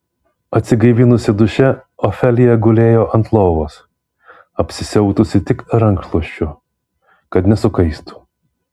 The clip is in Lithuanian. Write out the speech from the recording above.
atsigaivinusi duše ofelija gulėjo ant lovos apsisiautusi tik rankšluosčiu kad nesukaistų